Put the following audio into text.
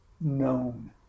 known